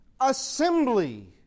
assembly